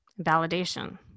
validation